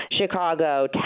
Chicago